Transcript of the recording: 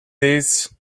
days